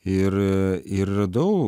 ir ir radau